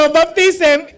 baptism